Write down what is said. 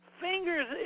Fingers